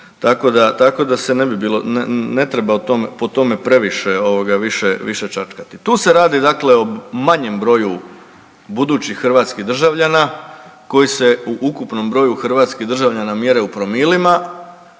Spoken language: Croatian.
po tome previše ovoga više čačkati. Tu se radi dakle o manjem broju budućih hrvatskih državljana koji se u ukupnom broju hrvatskih državljana mjere u promilima.